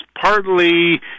partly